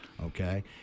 Okay